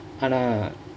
ஆனா:aanaa